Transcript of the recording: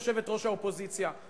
יושבת-ראש האופוזיציה?